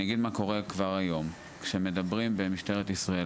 אגיד מה קורה כבר היום כשמדברים במשטרת ישראל,